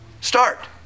Start